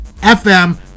FM